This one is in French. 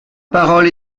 parole